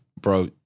bro